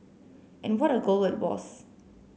and what a goal it was